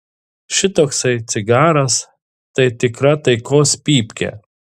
šitoksai cigaras tai tikra taikos pypkė